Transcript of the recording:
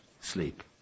sleep